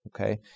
okay